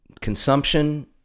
consumption